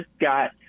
got